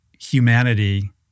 humanity